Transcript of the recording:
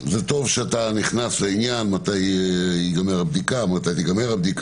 זה טוב שאתה נכנס לשאלה מתי תיגמר הבדיקה וכו',